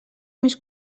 més